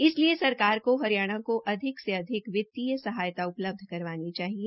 इसलिए सरकार को हरियाणा को अधिक से अधिक वित्तीय सहायता उपलब्ध करवानी चाहिए